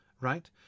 right